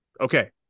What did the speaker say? Okay